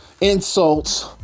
insults